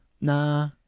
Nah